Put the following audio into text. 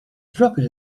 dropped